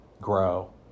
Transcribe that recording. grow